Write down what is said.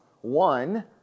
One